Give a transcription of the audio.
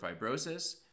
fibrosis